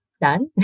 done